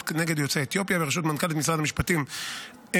נגד יוצאי אתיופיה בראשות מנכ"לית משרד המשפטים לשעבר,